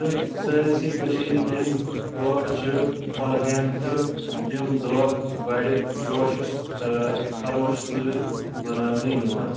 تہٕ سٲرسی کٔشیٖر ہٕنٛدۍ پٲٹھۍ چھِ کۄلگامہِ تہِ یِم دۄہ بَڑِ جوشہٕ خروش سۭتۍ مَناونہٕ یِوان